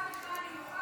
אני נוכחת ומוותרת.